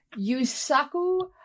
Yusaku